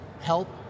help